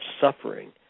suffering